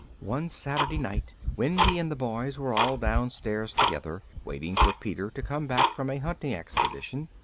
one saturday night, wendy and the boys were all downstairs together, waiting for peter to come back from a hunting expedition.